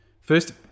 first